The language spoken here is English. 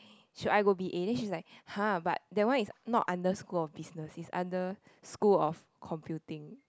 should I go b_a then she's like !huh! but that one is not under school of business it's under school of computing